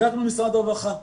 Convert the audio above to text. בדקנו עם משרד הרווחה,